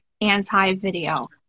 anti-video